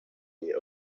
their